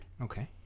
Okay